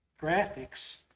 graphics